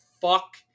fuck